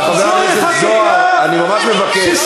חבר הכנסת זוהר, אני ממש מבקש.